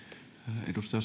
arvoisa